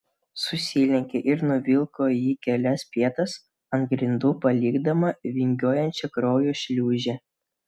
susilenkė ir nuvilko jį kelias pėdas ant grindų palikdama vingiuojančią kraujo šliūžę